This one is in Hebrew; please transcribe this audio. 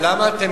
למה אתם